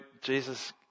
jesus